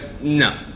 No